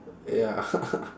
ya